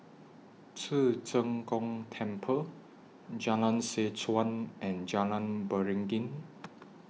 Ci Zheng Gong Temple Jalan Seh Chuan and Jalan Beringin